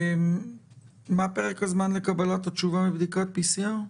מה פרק הזמן לקבלת התשובה בבדיקת PCR?